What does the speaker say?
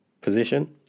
position